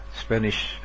Spanish